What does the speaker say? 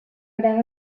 gran